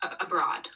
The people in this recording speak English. abroad